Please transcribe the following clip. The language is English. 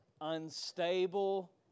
Unstable